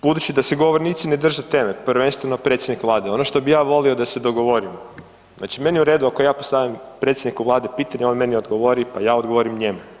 Budući da se govornici ne drže teme, prvenstveno predsjednik vlade, ono što bi ja volio da se dogovorimo, znači meni je u redu ako ja postavljam predsjedniku vlade pitanje, on meni odgovori, pa ja odgovorim njemu.